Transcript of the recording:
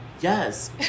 Yes